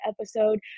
episode